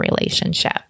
relationship